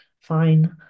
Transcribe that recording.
fine